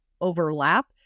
overlap